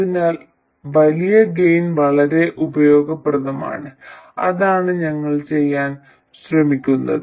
അതിനാൽ വലിയ ഗെയിൻ വളരെ ഉപയോഗപ്രദമാണ് അതാണ് ഞങ്ങൾ ചെയ്യാൻ ശ്രമിക്കുന്നത്